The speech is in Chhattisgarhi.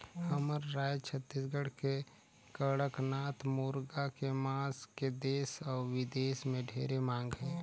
हमर रायज छत्तीसगढ़ के कड़कनाथ मुरगा के मांस के देस अउ बिदेस में ढेरे मांग हे